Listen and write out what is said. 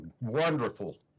wonderful